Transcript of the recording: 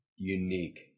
unique